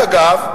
שאגב מחולק,